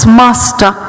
master